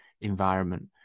environment